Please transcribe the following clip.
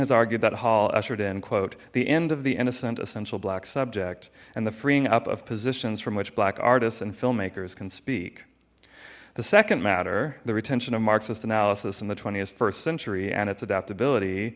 has argued that halt uttered in quote the end of the innocent essential black subject and the freeing up of positions from which black artists and filmmakers can speak the second matter the retention of marxist analysis in the twentieth first century and its adaptability